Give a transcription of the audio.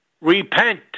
repent